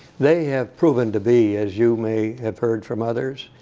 they have proven to be, as you may have heard from others,